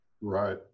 right